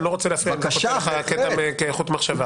אני לא רוצה להפריע, לקטוע את חוט המחשבה.